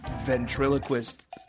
ventriloquist